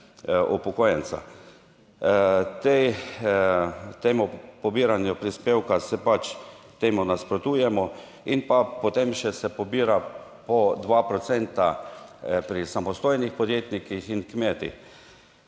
upokojenca. Te, temu pobiranju prispevka se pač temu nasprotujemo in pa potem še se pobira po 2 procenta pri samostojnih podjetnikih in kmetih.